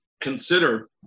consider